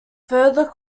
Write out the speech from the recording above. further